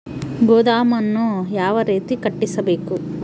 ಗೋದಾಮನ್ನು ಯಾವ ರೇತಿ ಕಟ್ಟಿಸಬೇಕು?